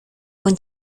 con